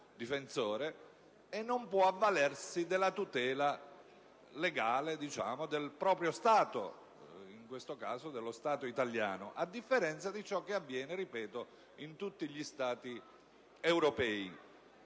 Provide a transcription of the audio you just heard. difensore e non può avvalersi della tutela legale del proprio Stato (in questo caso dello Stato italiano), a differenza di ciò che avviene - ripeto - in tutti gli Stati europei.